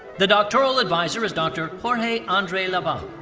the doctoral advisor is dr. jorge andre laval.